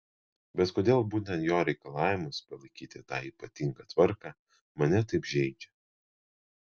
bet kodėl būtent jo reikalavimas palaikyti tą ypatingą tvarką mane taip žeidžia